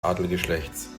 adelsgeschlechts